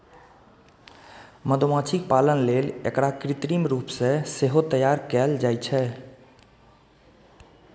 मधुमाछी पालन लेल एकरा कृत्रिम रूप सं सेहो तैयार कैल जाइ छै